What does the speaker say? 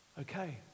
okay